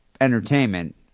entertainment